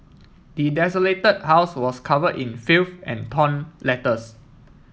the desolated house was covered in filth and torn letters